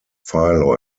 philo